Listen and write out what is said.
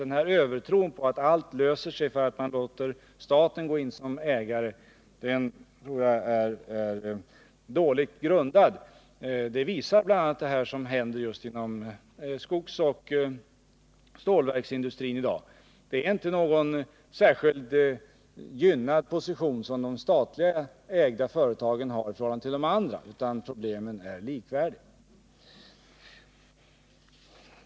Den här tron på att allt löser sig om man låter staten gå in som ägare tror jag är dåligt grundad; det visar bl.a. det som händer just inom skogsoch stålverksindustrin i dag. De statligt ägda företagen har inte någon särskilt gynnad position i förhållande till de andra, utan problemen är likvärdiga.